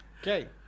Okay